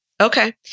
Okay